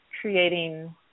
creating